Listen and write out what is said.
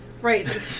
Right